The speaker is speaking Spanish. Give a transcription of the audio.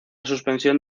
suspensión